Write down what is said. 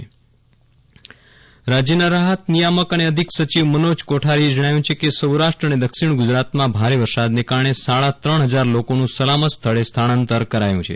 વિરલ રાણા રાજ્ય રાહ્ત કામગીરી રાજ્યના રાહત નિયામક અને અધિક સચિવ મનોજ કોઠારીએ જજ્ઞાવ્યું છે કે સૌરાષ્ટ્ર અને દક્ષિણ ગુજરાતમાં ભારે વરસાદને કારણે સાડા ત્રણ હજાર લોકોનું સલામત સ્થળે સ્થળાંતર કરાયું છે